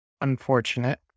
unfortunate